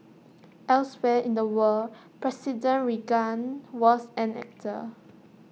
elsewhere in the world president Reagan was an actor